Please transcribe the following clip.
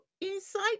inside